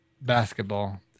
basketball